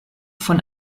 von